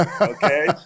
Okay